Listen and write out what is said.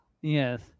Yes